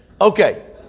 Okay